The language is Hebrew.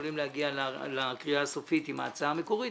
יכולים להגיע לקריאה הסופית עם ההצעה המקורית,